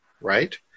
right